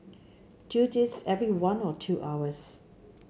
do this every one or two hours